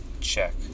check